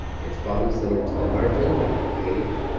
it's bottom centered to the margin, not the page.